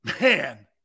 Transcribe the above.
man